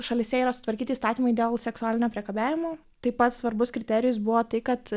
šalyse yra sutvarkyti įstatymai dėl seksualinio priekabiavimo taip pat svarbus kriterijus buvo tai kad